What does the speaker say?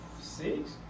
six